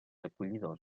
acollidors